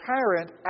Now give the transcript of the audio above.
parent